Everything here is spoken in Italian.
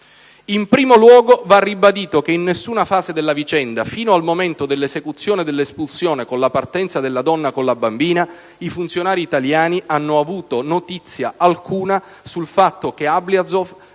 In primo luogo va ribadito che in nessuna fase della vicenda, fino al momento dell'esecuzione dell'espulsione con la partenza della donna con la bambina, i funzionari italiani hanno avuto notizia alcuna sul fatto che Ablyazov,